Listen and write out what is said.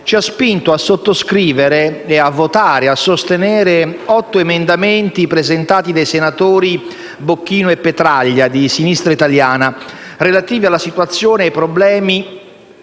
ci hanno spinto a sottoscrivere e sostenere otto emendamenti presentati dai senatori Bocchino e Petraglia di Sinistra Italiana, relativi alla situazione e ai problemi